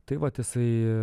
tai vat jisai